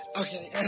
okay